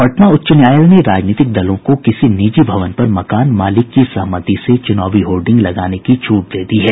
पटना उच्च न्यायालय ने राजनीतिक दलों को किसी निजी भवन पर मकान मालिक की सहमति से चूनावी होर्डिंग लगाने की छूट दे दी है